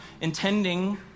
intending